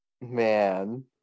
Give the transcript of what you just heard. man